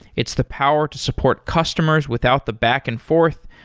it's the power to support customers without the back and forth,